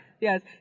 Yes